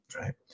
right